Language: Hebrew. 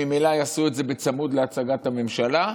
ממילא יעשו את זה בצמוד להצגת הממשלה.